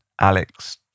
Alex